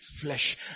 flesh